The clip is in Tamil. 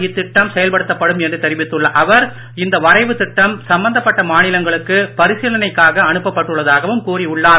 இத்திட்டம் செயல்படுத்தப்படும் என்று தெரிவித்துள்ள அவர் இந்த வரைவு திட்டம் சம்பந்தப்பட்ட மாநிலங்களுக்கு பரிசீலனைக்காக அனுப்பப்பட்டுள்ளதாகவும் கூறி உள்ளார்